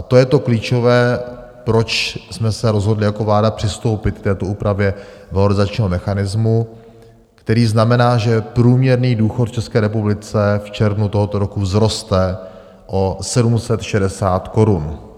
To je to klíčové, proč jsme se rozhodli jako vláda přistoupit k této úpravě valorizačního mechanismu, který znamená, že průměrný důchod v České republice v červnu tohoto roku vzroste o 760 korun.